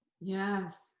yes